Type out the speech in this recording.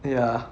ya